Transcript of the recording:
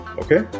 Okay